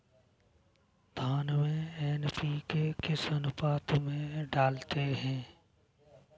धान में एन.पी.के किस अनुपात में डालते हैं?